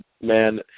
man